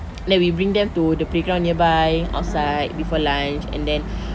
then we bring them to the playground nearby outside before lunch and then